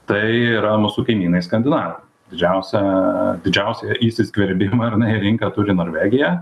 tai yra mūsų kaimynai skandinavai didžiausią didžiausią įsiskverbimą ar ne į rinką turi norvegija